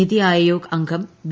നിതി ആയോഗ് അംഗം വി